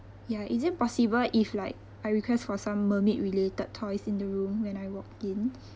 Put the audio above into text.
ya is it possible if like I request for some mermaid related toys in the room when I walk in